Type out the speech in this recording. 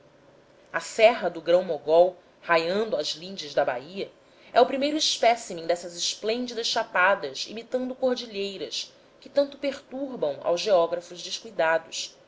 a serra do grão mogol raiando as lindes da bahia é o primeiro espécimen dessas esplêndidas chapadas imitando cordilheiras que tanto perturbam aos geógrafos descuidados